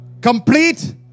Complete